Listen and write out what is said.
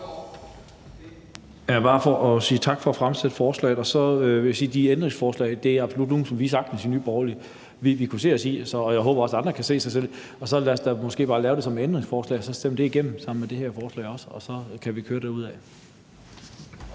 tak for at fremsætte forslaget, og så vil jeg sige, at de ændringsforslag absolut er nogle, som vi i Nye Borgerlige sagtens vil kunne se os i, og jeg håber også, at andre kan se sig selv i dem, så måske skal vi bare lave dem som ændringsforslag og stemme dem igennem sammen med det her forslag, og så kan vi køre derudad.